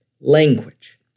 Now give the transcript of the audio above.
language